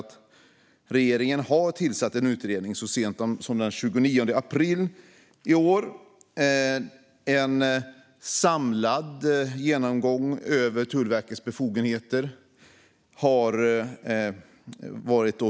Regeringen har så sent som den 29 april i år tillsatt utredningen En samlad lagstiftning om Tullverkets befogenheter.